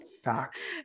facts